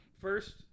First